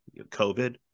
COVID